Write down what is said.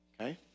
Okay